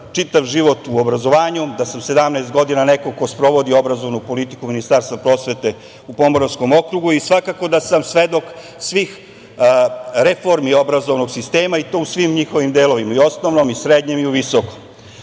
čitav život u obrazovanju, da sam 17 godina neko ko sprovodi obrazovnu politiku Ministarstva prosvete u Pomoravskom okrugu i svakako da sam svedok svih reformi obrazovnog sistema i to u svim njihovim delovima, i u osnovnom, srednjem i u visokom.Za